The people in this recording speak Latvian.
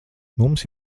mums